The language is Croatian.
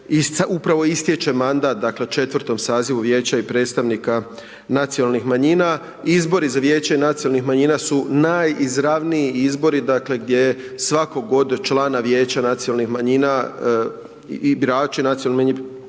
upravo istječe mandat dakle 4.tom sazivu vijeća i predstavnika nacionalnih manjina. Izbori za vijeće nacionalnih manjina su najizravniji izbori dakle gdje svakog od člana vijeća nacionalnih manjina i birači nacionalnih manjina